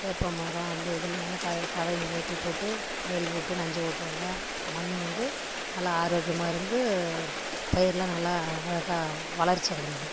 வேப்ப மரம் அந்த இதுன்னு எல்லாம் தழை தழைங்கள வெட்டி போட்டு வயல் ஓட்டு நஞ்சு ஓட்டுவாங்க மண் வந்து நல்லா ஆரோக்கியமாக இருந்து பயிர்லாம் நல்லா அழகாக வளர்ச்சி அடைஞ்சிது